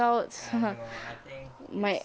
I don't know I think it's